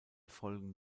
folgen